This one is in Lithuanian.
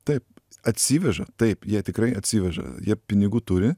taip atsiveža taip jie tikrai atsiveža jie pinigų turi